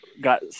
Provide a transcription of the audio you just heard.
Got